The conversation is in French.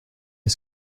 est